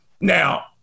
Now